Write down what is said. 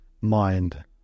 mind